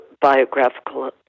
biographical